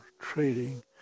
trading